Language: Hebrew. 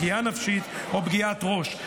פגיעה נפשית או פגיעת ראש.